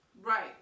Right